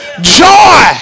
joy